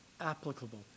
applicable